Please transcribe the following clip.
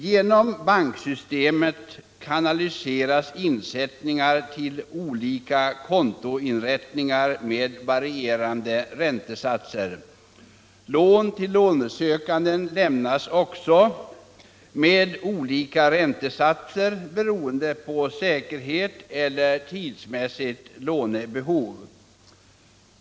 Genom banksystemet kanaliseras insättningar till olika kontoinrättningar med varierande räntesatser. Lån till lånesökande lämnas också med olika räntesatser, beroende på säkerhet eller tidsmässigt lånebehov.